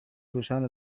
پوشان